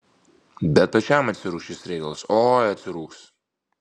bet pačiam atsirūgs šis reikalas oi atsirūgs